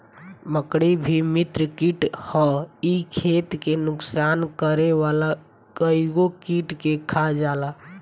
मकड़ी भी मित्र कीट हअ इ खेत के नुकसान करे वाला कइगो कीट के खा जाला